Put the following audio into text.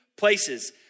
Places